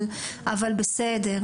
אבל בסדר.